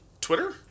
Twitter